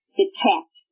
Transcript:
detect